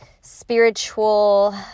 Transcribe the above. spiritual